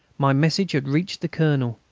my message had reached the colonel.